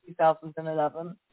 2011